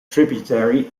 tributary